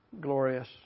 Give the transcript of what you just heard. glorious